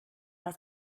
das